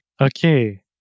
Okay